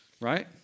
Right